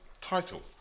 title